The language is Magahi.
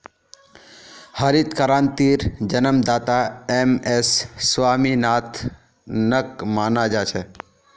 हरित क्रांतिर जन्मदाता एम.एस स्वामीनाथनक माना जा छे